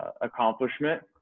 accomplishment